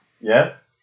Yes